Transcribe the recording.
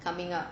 coming up